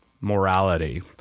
morality